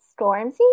Stormzy